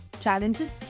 Challenges